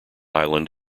island